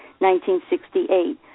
1968